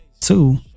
Two